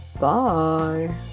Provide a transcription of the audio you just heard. Bye